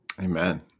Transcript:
Amen